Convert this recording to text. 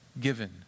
given